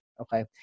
okay